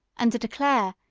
and to declare,